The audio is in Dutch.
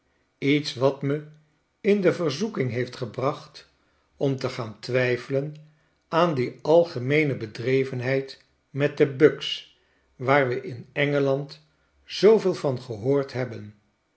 iets wat me in de verzoeking heeft gebracht om te gaan twyfelen aan die algemeene bedrevenheid met de buks waar we in engeland zooveel van gehoord hebben